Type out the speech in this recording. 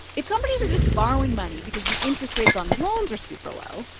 if companies are just borrowing money because the interest rates on loans are super low,